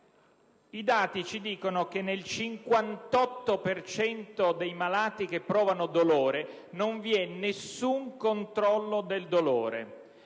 i dati ci dicono che per il 58 per cento dei malati che provano dolore non vi è nessun controllo del dolore